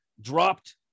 dropped